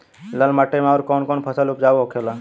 लाल माटी मे आउर कौन कौन फसल उपजाऊ होखे ला?